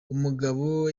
umugabo